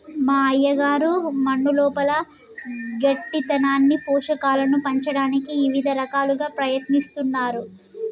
మా అయ్యగారు మన్నులోపల గట్టితనాన్ని పోషకాలను పంచటానికి ఇవిద రకాలుగా ప్రయత్నిస్తున్నారు